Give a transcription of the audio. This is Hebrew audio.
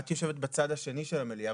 את יושבת בצד השני של המליאה,